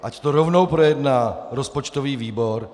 Ať to rovnou projedná rozpočtový výbor!